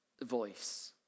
voice